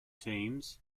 teams